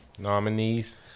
Nominees